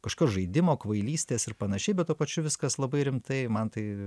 kažkoks žaidimo kvailystės ir panašiai bet tuo pačiu viskas labai rimtai man tai